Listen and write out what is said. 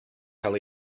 cael